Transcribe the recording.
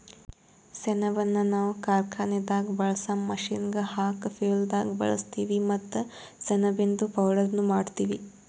ಸೆಣಬನ್ನ ನಾವ್ ಕಾರ್ಖಾನೆದಾಗ್ ಬಳ್ಸಾ ಮಷೀನ್ಗ್ ಹಾಕ ಫ್ಯುಯೆಲ್ದಾಗ್ ಬಳಸ್ತೀವಿ ಮತ್ತ್ ಸೆಣಬಿಂದು ಪೌಡರ್ನು ಮಾಡ್ತೀವಿ